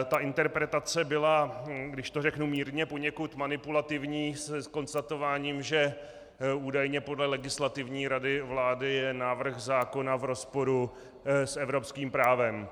Ta interpretace byla, když to řeknu mírně, poněkud manipulativní, s konstatováním, že údajně podle Legislativní rady vlády je návrh zákona v rozporu s evropským právem.